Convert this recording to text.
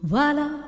Voilà